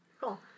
cool